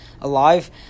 alive